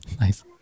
Nice